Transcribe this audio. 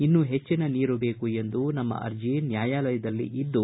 ಇನ್ನು ಹೆಚ್ಚಿನ ನೀರು ಬೇಕು ಎಂದು ನಮ್ಮ ಅರ್ಜಿ ನ್ನಾಯಾಲಯದಲ್ಲಿ ಇದ್ದು